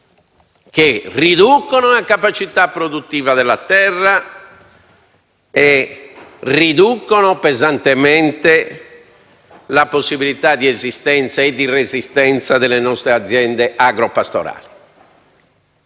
che riducono la capacità produttiva della terra e riducono pesantemente la possibilità di esistenza e di resistenza delle nostre aziende agropastorali.